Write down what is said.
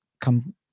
Come